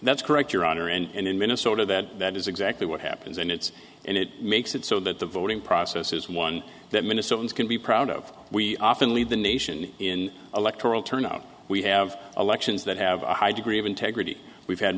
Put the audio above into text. that's correct your honor and in minnesota that that is exactly what happens and it's and it makes it so that the voting process is one that minnesotans can be proud of we often lead the nation in electoral turnout we have elections that have a high degree of integrity we've had